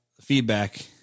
feedback